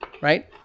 Right